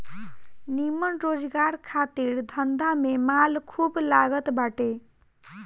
निमन रोजगार खातिर धंधा में माल खूब लागत बाटे